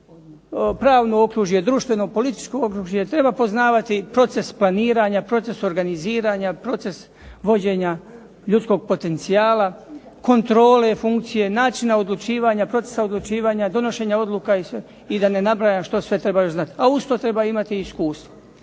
pravno okružje, društveno, političko okružje, treba poznavati proces planiranja, proces organiziranja, proces vođenja ljudskog potencijala, kontrole funkcije, načina odlučivanja, procesa odlučivanja, donošenja odluka i da ne nabrajam što sve treba još znati, a uz to treba imati i iskustvo.